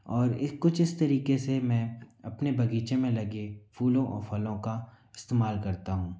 और इस कुछ इस तरीके से मैं अपने बगीचे में लगे फूलों और फलों का इस्तेमाल करता हूँ